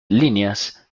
líneas